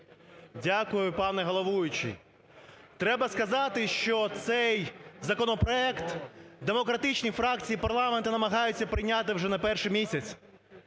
Дякую, пане головуючий. Треба сказати, що цей законопроект демократичні фракції парламенту намагаються прийняти вже не перший місяць.